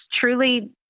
truly